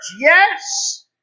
yes